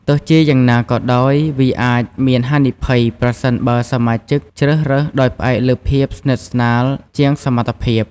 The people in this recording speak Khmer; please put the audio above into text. ទោះជាយ៉ាងណាក៏ដោយ វាអាចមានហានិភ័យប្រសិនបើសមាជិកជ្រើសរើសដោយផ្អែកលើភាពស្និទ្ធស្នាលជាងសមត្ថភាព។